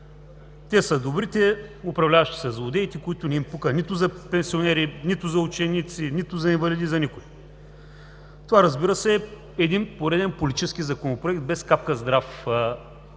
Те са добрите. Управляващите са злодеите, на които не им пука нито за пенсионери, нито за ученици, нито за инвалиди – за никого. Това, разбира се, е пореден политически Законопроект без капка здрава мисъл